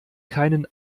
keinen